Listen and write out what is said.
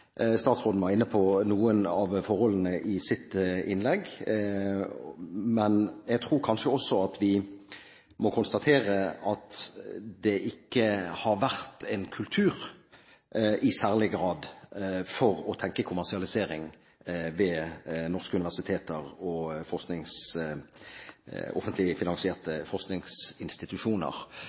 Statsråden var inne på noen av forholdene i sitt innlegg. Men jeg tror kanskje også vi må konstatere at det ikke har vært noen kultur i særlig grad for å tenke kommersialisering ved norske universiteter og offentlig finansierte forskningsinstitusjoner.